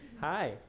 Hi